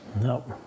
Nope